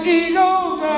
eagles